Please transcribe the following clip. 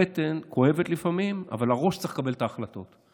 הבטן כואבת לפעמים אבל הראש צריך לקבל את ההחלטות.